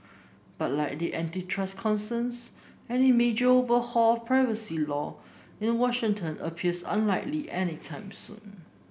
but like the antitrust concerns any major overhaul privacy law in Washington appears unlikely anytime soon